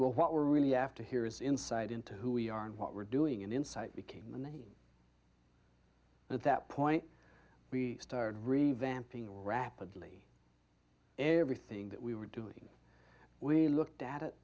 well what we're really after here is insight into who we are and what we're doing an insight became the name at that point we started revamping rapidly everything that we were doing we looked at it